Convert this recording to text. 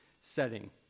setting